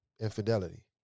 infidelity